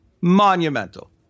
Monumental